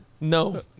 No